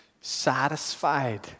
satisfied